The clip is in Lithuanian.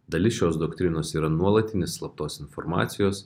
dalis šios doktrinos yra nuolatinis slaptos informacijos